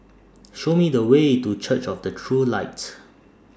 Show Me The Way to Church of The True Light